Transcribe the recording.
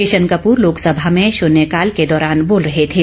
किशन कपूर लोकसभा में शन्यकाल के दौरान बोल रहे थे